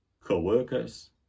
co-workers